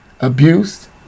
abuse